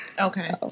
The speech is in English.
Okay